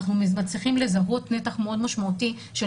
אנחנו מצליחים לזהות נתח מאוד משמעותי של